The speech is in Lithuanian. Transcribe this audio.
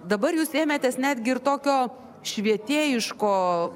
dabar jūs ėmėtės netgi ir tokio švietėjiško